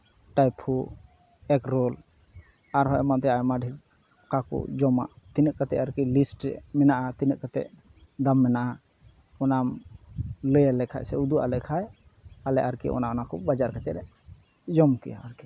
ᱴᱟᱭᱯᱷᱩ egg roll ᱟᱨᱦᱚᱸ ᱮᱢᱟᱱ ᱛᱮᱭᱟᱜ ᱟᱭᱢᱟ ᱰᱷᱮᱨ ᱚᱠᱟ ᱠᱚ ᱡᱚᱢᱟᱜ ᱛᱤᱱᱟᱹᱜ ᱠᱟᱛᱮᱫ ᱚᱨᱠᱤ ᱞᱤᱥᱴᱤ ᱨᱮ ᱢᱮᱱᱟᱜᱼᱟ ᱛᱤᱱᱟᱹᱜ ᱠᱟᱛᱮᱫ ᱫᱟᱢ ᱢᱮᱱᱟᱜᱼᱟ ᱚᱱᱟᱢ ᱞᱟᱹᱭᱟᱞᱮ ᱠᱷᱟᱱ ᱥᱮ ᱩᱫᱩᱜ ᱟᱞᱮ ᱠᱷᱟᱱ ᱟᱞᱮ ᱟᱨᱠᱤ ᱚᱱᱮ ᱚᱱᱟ ᱠᱚ ᱵᱟᱡᱟᱨ ᱠᱟᱛᱮᱫ ᱞᱮ ᱡᱚᱢ ᱠᱮᱭᱟ ᱟᱨᱠᱤ